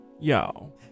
Yo